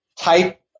type